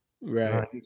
Right